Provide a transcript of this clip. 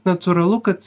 natūralu kad